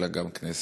אלא גם כנסת.